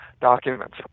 documents